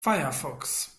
firefox